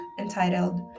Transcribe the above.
entitled